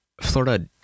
Florida